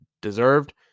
deserved